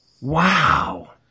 Wow